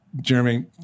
Jeremy